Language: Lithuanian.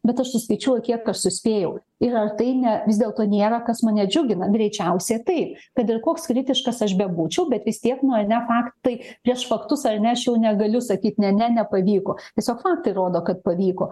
bet aš suskaičiuoju kiek aš suspėjau ir ar tai ne vis dėlto nėra kas mane džiugina greičiausiai taip kad ir koks kritiškas aš bebūčiau bet vis tiek mane faktai prieš faktus ar ne aš jau negaliu sakyt ne ne nepavyko tiesiog tai rodo kad pavyko